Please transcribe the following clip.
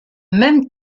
même